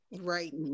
right